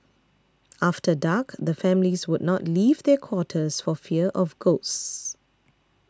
after dark the families would not leave their quarters for fear of ghosts